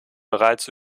bereits